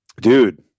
Dude